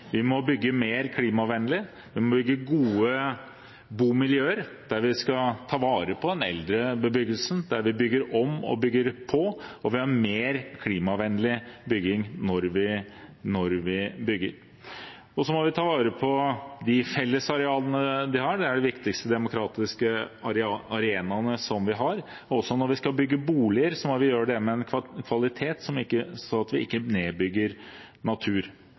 Vi må bygge mer klimavennlig, og vi må bygge gode bomiljøer der vi skal ta vare på den eldre bebyggelsen, der vi bygger om og bygger på, og der vi har mer klimavennlig bygging når vi bygger. Så må vi ta vare på de fellesarealene vi har; det er de viktigste demokratiske arenaene vi har. Når vi skal bygge boliger, må vi gjøre det med en sånn kvalitet at vi ikke nedbygger natur.